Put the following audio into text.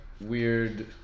weird